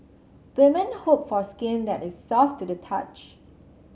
women hope for skin that is soft to the touch